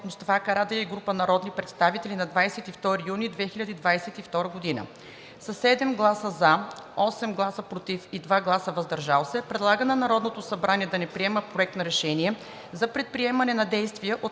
Мустафа Карадайъ и група народни представители на 22 юни 2022 г.; 2. със 7 гласа „за“, 8 гласа „против“ и 2 гласа „въздържал се“ предлага на Народното събрание да не приема Проект на решение за предприемане на действия от